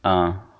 啊